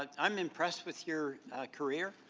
i am impressed with your career,